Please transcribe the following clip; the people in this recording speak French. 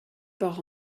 par